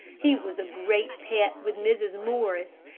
he was a great pet with mrs. morris,